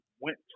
went